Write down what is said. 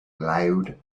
loud